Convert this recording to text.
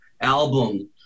album